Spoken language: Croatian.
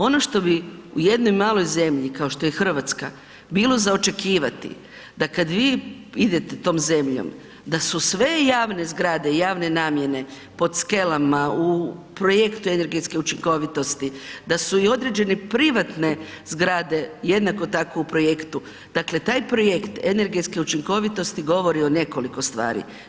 Ono što bi u jednoj maloj zemlji kao što je Hrvatska bilo za očekivati, da kad vi idete tom zemljom, da su sve javne zgrade i javne namjene pod skelama, u projektu energetske učinkovitosti, da su i određene privatne zgrade jednako tako u projektu, dakle taj projekt energetske učinkovitosti govori o nekoliko stvari.